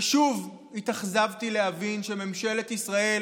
ושוב התאכזבתי כשהבנתי שממשלת ישראל